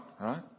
Right